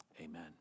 amen